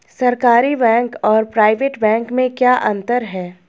सरकारी बैंक और private bank में क्या क्या अंतर हैं?